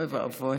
אוי ואבוי.